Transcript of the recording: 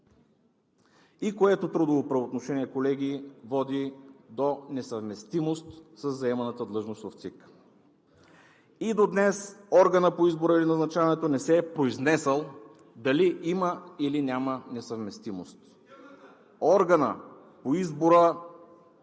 и което трудово правоотношение, колеги, води до несъвместимост със заеманата длъжност в ЦИК. И до днес органът по избора и назначаването не се е произнесъл дали има, или няма несъвместимост. Органът по избора